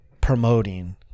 promoting